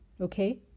okay